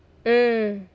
mm